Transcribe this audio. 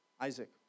Isaac